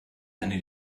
eine